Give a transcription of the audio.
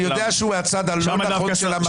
אני יודע שהוא הצד הלא נכון של המפה,